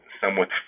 somewhat